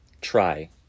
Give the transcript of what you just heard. try